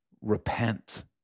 repent